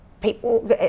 people